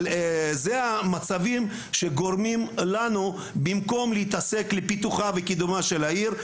אבל זה המצבים שגורמים לנו במקום להתעסק בפיתוחה וקידומה של העיר,